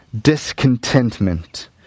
discontentment